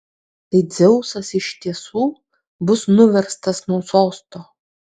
tai dzeusas iš tiesų bus nuverstas nuo sosto